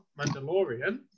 Mandalorian